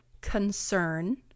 Concern